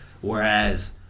Whereas